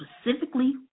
specifically